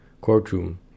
courtroom